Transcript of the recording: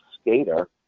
skater